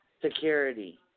security